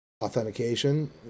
authentication